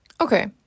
Okay